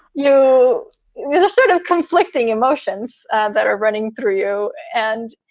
you know, the sort of conflicting emotions that are running through you. and